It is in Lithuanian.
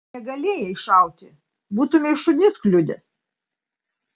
negalėjai šauti būtumei šunis kliudęs